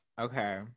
okay